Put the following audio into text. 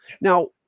now